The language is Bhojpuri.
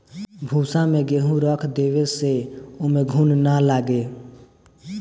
भूसा में गेंहू रख देवे से ओमे घुन ना लागे